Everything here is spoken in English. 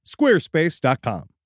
Squarespace.com